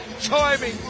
timing